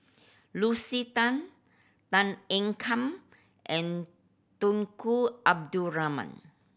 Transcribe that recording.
Lucy Tan Tan Ean Kiam and Tunku Abdul Rahman